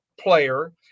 player